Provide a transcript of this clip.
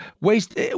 waste